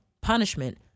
punishment